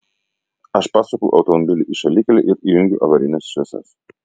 aš pasuku automobilį į šalikelę ir įjungiu avarines šviesas